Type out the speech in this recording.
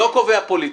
אני לא קובע פוליטי.